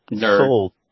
sold